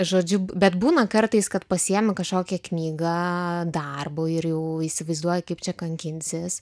žodžiu bet būna kartais kad pasiimu kažkokią knygą darbui ir jau įsivaizduoji kaip čia kankinsies